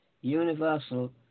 universal